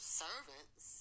servants